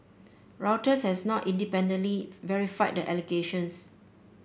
Reuters has not independently verified the allegations